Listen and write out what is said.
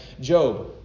Job